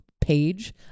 page